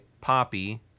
Poppy